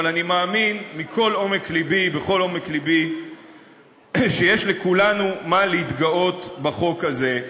אבל אני מאמין בכל לבי שיש לכולנו מה להתגאות בחוק הזה.